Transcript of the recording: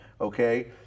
okay